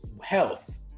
health